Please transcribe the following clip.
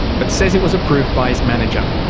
but says it was approved by his manager.